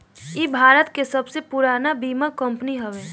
इ भारत के सबसे पुरान बीमा कंपनी हवे